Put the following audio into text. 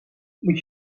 moet